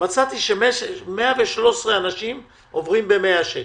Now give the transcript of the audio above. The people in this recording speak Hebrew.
ומצאתי ש-113 אנשים עוברים ב-100 שקל.